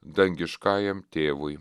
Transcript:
dangiškajam tėvui